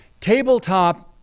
tabletop